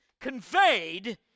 conveyed